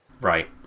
Right